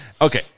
okay